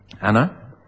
Anna